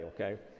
okay